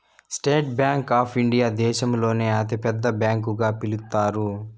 state bank of India దేశంలోనే అతి పెద్ద బ్యాంకు గా పిలుత్తారు